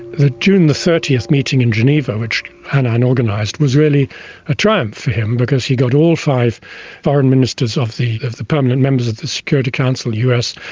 the june thirty meeting in geneva which annan organised, was really a triumph for him, because he got all five foreign ministers of the of the permanent members of the security council us,